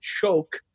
choke